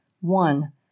One